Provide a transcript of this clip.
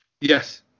Yes